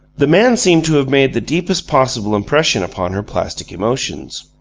the man seemed to have made the deepest possible impression upon her plastic emotions.